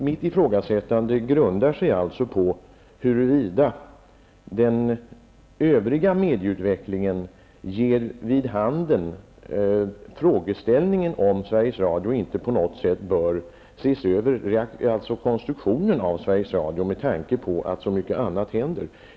Mitt ifrågasättande grundar sig på huruvida den övriga medieutvecklingen ger vid handen att konstruktionen av Sveriges Radio på något sätt bör ses över med tanke på att så mycket annat har hänt.